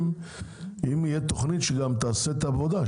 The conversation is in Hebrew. אם תהיה תכנית שגם תעשה את העבודה,